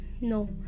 No